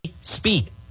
speak